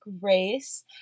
Grace